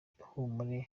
ihumure